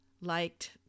liked